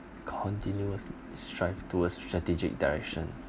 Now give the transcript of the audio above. continuous strive towards strategic direction